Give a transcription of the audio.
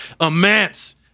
immense